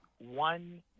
one